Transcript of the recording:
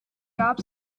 gab